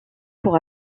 pour